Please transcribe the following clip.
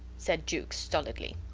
said jukes, stolidly.